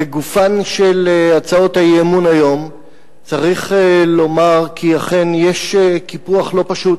לגופן של הצעות האי-אמון היום צריך לומר כי אכן יש קיפוח לא פשוט